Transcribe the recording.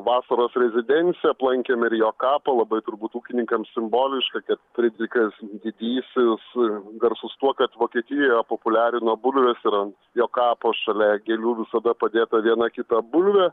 vasaros rezidencija aplankėm ir jo kapą labai turbūt ūkininkam simboliška kad fridrikas didysis garsus tuo kad vokietijoje populiarino bulves ir ant jo kapo šalia gėlių visada padėta viena kita bulvė